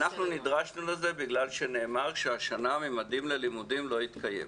אנחנו נדרשנו לזה בגלל שנאמר שהשנה תוכנית "ממדים ללימודים" לא תתקיים,